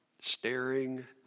staring